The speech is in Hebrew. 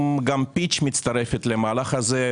אם גם פיץ מצטרפת למהלך הזה,